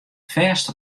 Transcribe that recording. fêst